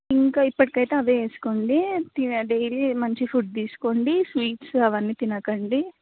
ఇంకా ఇప్పటికైతే అవే వేసుకోండి డైలీ మంచి ఫుడ్ తీసుకోండి స్వీట్స్ అవన్నీ తినకండి